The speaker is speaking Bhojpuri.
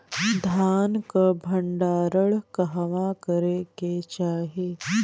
धान के भण्डारण कहवा करे के चाही?